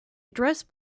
address